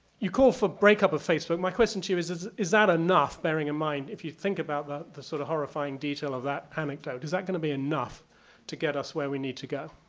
you call for breakup of facebook. my question to you is, is is that enough, bearing in mind, if you think about the the sort of horrifying detail of that anecdote, is that gonna be enough to get us where we need to go?